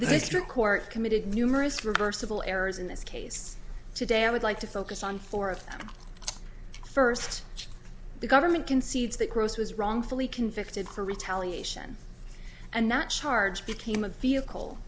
district court committed numerous reversible errors in this case today i would like to focus on four of them first the government concedes that gross was wrongfully convicted for retaliation and that charge became a vehicle